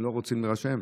הם לא רוצים להירשם.